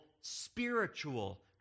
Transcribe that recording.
spiritual